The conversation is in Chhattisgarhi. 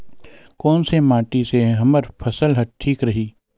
कोन से माटी से हमर फसल ह ठीक रही?